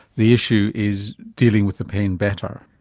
the issue is dealing with the pain better.